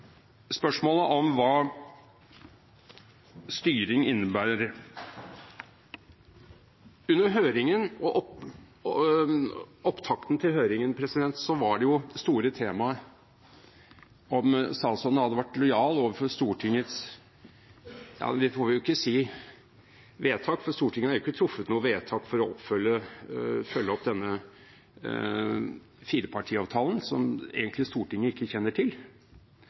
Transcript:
spørsmålet om hva styring innebærer. Under høringen og opptakten til høringen var jo det store temaet om statsråden hadde vært lojal overfor Stortingets – vi får vel ikke si «vedtak» – for Stortinget har jo ikke truffet noe vedtak om å følge opp denne firepartiavtalen, som Stortinget egentlig ikke kjenner til,